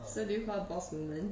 so do you call boss woman